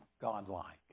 godlike